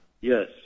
Yes